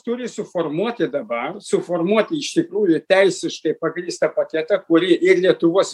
turi suformuoti dabar suformuoti iš tikrųjų teisiškai pagrįstą paketą kurį ir lietuvos